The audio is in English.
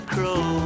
Crow